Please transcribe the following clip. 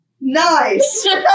Nice